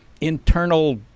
internal